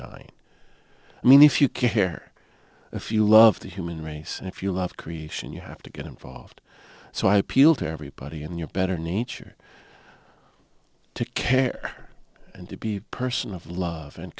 dying i mean if you care if you love the human race and if you love creation you have to get involved so i appeal to everybody and you're better nature to care and to be a person of love and